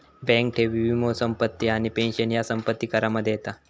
bank ठेवी, वीमो, संपत्ती आणि पेंशन ह्या संपत्ती करामध्ये येता